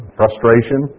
frustration